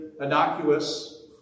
innocuous